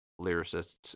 lyricists